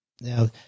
Now